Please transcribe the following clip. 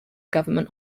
government